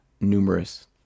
numerous